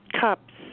cups